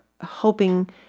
hoping